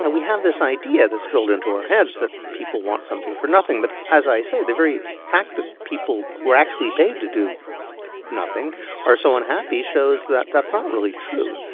we have this idea that's drilled into our heads that people want something for nothing, but as i say, the very fact that people who are actually paid to do nothing are so unhappy shows that that's not really true.